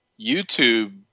YouTube